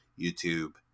YouTube